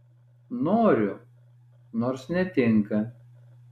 noriu nors netinka